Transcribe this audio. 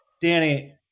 Danny